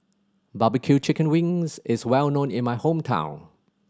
barbecue chicken wings is well known in my hometown